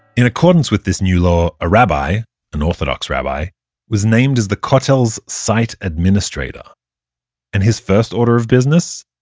in accordance with this new law, a rabbi an orthodox rabbi was named as the kotel's site administrator and his first order of business?